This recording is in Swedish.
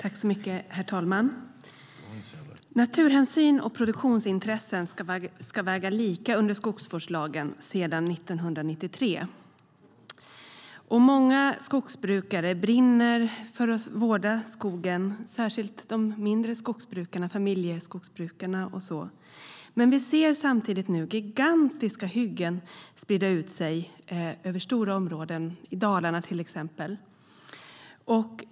Herr talman! Naturhänsyn och produktionsintressen ska sedan 1993 väga lika i skogsvårdslagen. Många skogsbrukare brinner för att vårda skogen, särskilt de mindre skogsbrukarna som exempelvis familjeskogsbrukare. Samtidigt ser vi gigantiska hyggen sprida ut sig över stora områden i till exempel Dalarna.